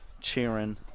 cheering